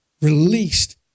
released